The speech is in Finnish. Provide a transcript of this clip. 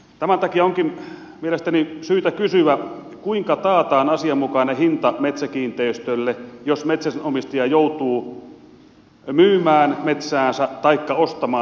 tämän takia onkin mielestäni syytä kysyä kuinka taataan asianmukainen hinta metsäkiinteistölle jos metsänomistaja joutuu myymään metsäänsä taikka ostamaan sitä lisää